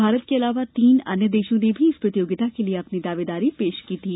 भारत के अलावा तीन अन्य देशों ने भी इस प्रतियोगिता के लिये अपनी दावेदारी पेश की थी